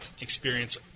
experience